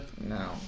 No